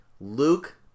Luke